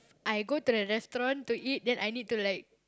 I go to the restaurant to eat then I need to like